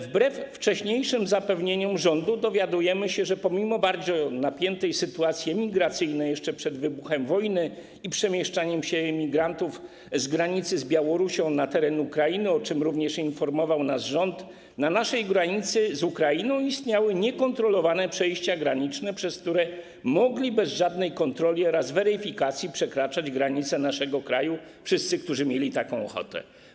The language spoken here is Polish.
Wbrew wcześniejszym zapewnieniom rządu dowiadujemy się, że pomimo bardzo napiętej sytuacji emigracyjnej jeszcze przed wybuchem wojny i przemieszczaniem się migrantów z granicy z Białorusią na teren Ukrainy, o czym również informował nas rząd, na naszej granicy z Ukrainą istniały niekontrolowane przejścia graniczne, przez które bez żadnej kontroli oraz weryfikacji mogli przekraczać granice naszego kraju wszyscy, którzy mieli taką ochotę.